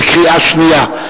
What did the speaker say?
בקריאה שנייה.